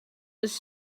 his